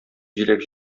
җиләк